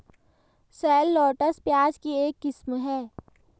shallots, प्याज की एक किस्म है